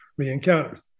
reencounters